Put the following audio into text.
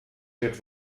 wird